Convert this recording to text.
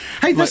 Hey